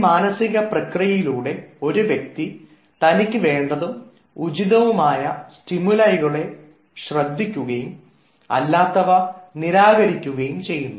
ഈ മാനസിക പ്രക്രിയയിലൂടെ ഒരു വ്യക്തി തനിക്ക് വേണ്ടതും ഉചിതവുമായ സ്റ്റിമുലൈകളെ ശ്രദ്ധിക്കുകയും അല്ലാത്തവ നിരാകരിക്കുകയും ചെയ്യുന്നു